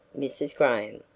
mrs. graham,